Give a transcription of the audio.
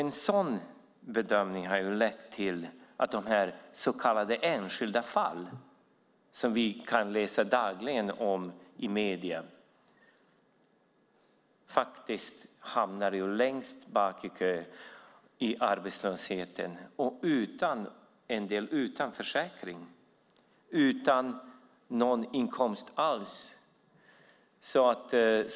En sådan bedömning har lett till att de så kallade enskilda fallen, som vi dagligen kan läsa om i medier, hamnar längst bak i kön, i arbetslöshet, en del utan försäkring, utan någon inkomst alls.